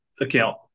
account